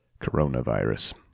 Coronavirus